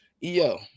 Yo